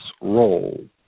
role